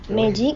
magic